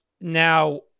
Now